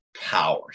power